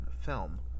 film